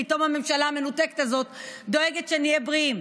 פתאום הממשלה המנותקת הזאת דואגת שנהיה בריאים.